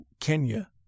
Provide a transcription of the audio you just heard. Kenya